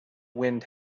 wind